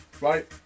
Right